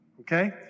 Okay